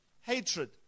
hatred